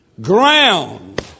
ground